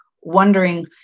wondering